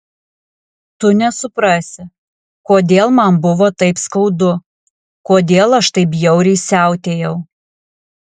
tu nesuprasi kodėl man buvo taip skaudu kodėl aš taip bjauriai siautėjau